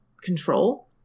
control